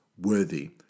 worthy